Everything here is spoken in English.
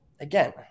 again